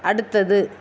அடுத்தது